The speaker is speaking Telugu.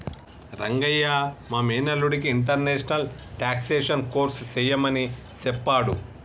రంగయ్య మా మేనల్లుడికి ఇంటర్నేషనల్ టాక్సేషన్ కోర్స్ సెయ్యమని సెప్పాడు